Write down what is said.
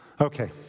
Okay